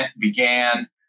began